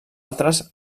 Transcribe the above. altres